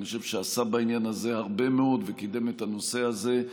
אני חושב שעשה בעניין הזה הרבה מאוד וקידם את הנושא הזה,